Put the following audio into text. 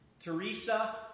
Teresa